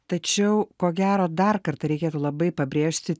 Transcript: tačiau ko gero dar kartą reikėtų labai pabrėžti